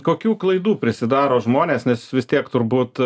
kokių klaidų prisidaro žmonės nes vis tiek turbūt